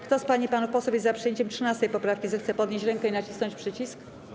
Kto z pań i panów posłów jest za przyjęciem 13. poprawki, zechce podnieść rękę i nacisnąć przycisk.